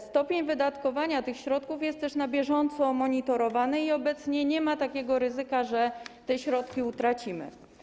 Stopień wydatkowania tych środków jest też na bieżąco monitorowany i obecnie nie ma takiego ryzyka, że te środki utracimy.